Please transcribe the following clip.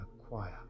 acquire